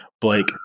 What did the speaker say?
Blake